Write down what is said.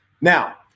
Now